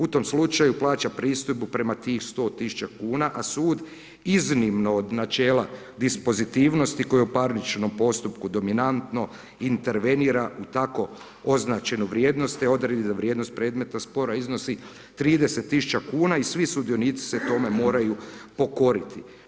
U tom slučaju plaća pristojbu prema tih 100 000 kn a sud iznimno od načela dispozitivnosti koja u parničnom postupku dominantno intervenira u takvo označenu vrijednost te odredi da vrijednost predmetnog spora iznosi 30 000 kn i svi sudionici se tome moraju pokoriti.